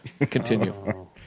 Continue